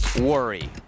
worry